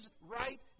right